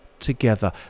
together